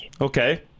okay